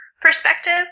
perspective